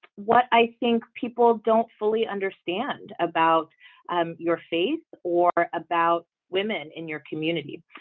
what i think people don't fully understand about um your faith or about women in your community?